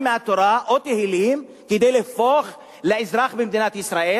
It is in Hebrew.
מהתורה או תהילים כדי להפוך לאזרח במדינת ישראל?